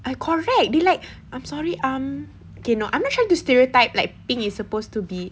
I correct they like I'm sorry um K no I'm not trying to stereotype like pink is supposed to be